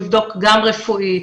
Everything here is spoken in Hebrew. לבדוק גם רפואית,